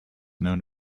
known